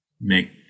make